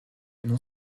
non